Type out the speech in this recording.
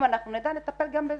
אם אנחנו נדע, נטפל גם בזה.